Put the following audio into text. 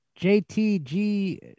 JTG